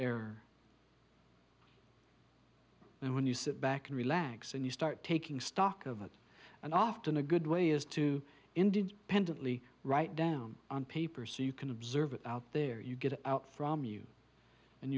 error and when you sit back and relax and you start taking stock of it and often a good way is to indeed pendley right down on paper so you can observe it out there you get out from you and